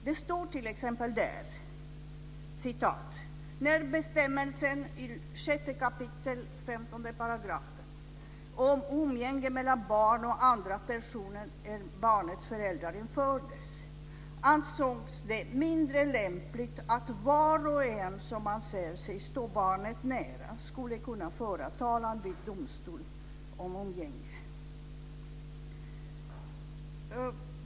Det står t.ex.: "När bestämmelsen i 6 kap. 15 a § om umgänge mellan barnet och andra personer än barnets föräldrar infördes, ansågs det mindre lämpligt att var och en som anser sig stå barnet nära skulle kunna föra talan vid domstol om umgänge."